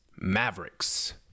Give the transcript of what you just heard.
Mavericks